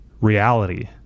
reality